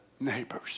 neighbors